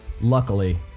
Luckily